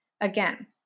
Again